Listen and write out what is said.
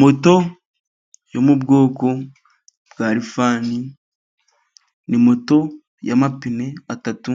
Moto yo mu bwoko bwa Rifani ni moto yamapine atatu,